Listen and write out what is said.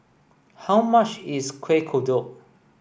how much is Kuih Kodok